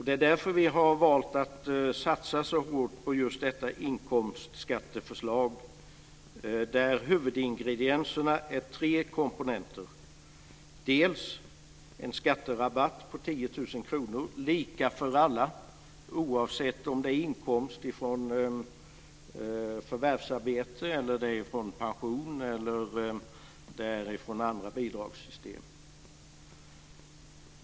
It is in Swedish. Det är därför vi har valt att satsa så hårt på just detta inkomstskatteförslag där huvudingredienserna är tre komponenter. Det handlar om en skatterabatt på 10 000 kr lika för alla, oavsett om det gäller inkomst från förvärvsarbete, pension eller från andra bidragssystem.